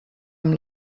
amb